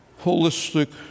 holistic